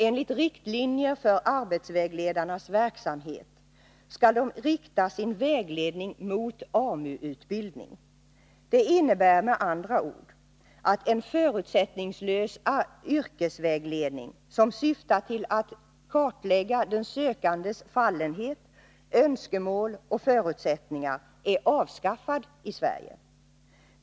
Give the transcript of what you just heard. Enligt riktlinjer för arbetsvägledarnas verksamhet skall dessa styra sin vägledning mot AMU utbildning. Det innebär med andra ord att en förutsättningslös yrkesvägledning, som syftar till att kartlägga sökandens fallenhet, önskemål och förutsättningar, är avskaffad i Sverige.